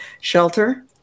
shelter